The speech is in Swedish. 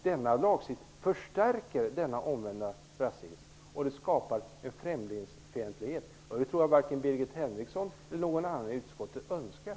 Denna lagstiftning förstärker den omvända rasismen och skapar en främlingsfientlighet. Det tror jag varken Birgit Henriksson eller någon annan i utskottet önskar.